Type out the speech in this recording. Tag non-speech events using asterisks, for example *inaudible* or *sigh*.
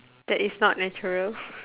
that is not natural *laughs*